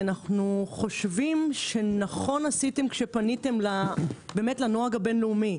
אנחנו חושבים שנכון עשיתם כשפניתם לנוהג הבין-לאומי,